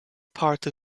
part